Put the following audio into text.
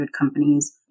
companies